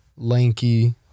lanky